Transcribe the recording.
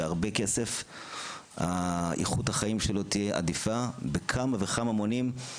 תהיה איכות חיים גבוהה הרבה יותר לעומת זה